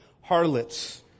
harlots